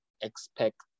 expect